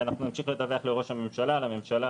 אנחנו נמשיך לדווח לראש הממשלה ולממשלה